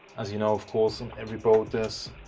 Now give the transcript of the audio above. as you know of course on every boat there's